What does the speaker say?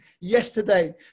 yesterday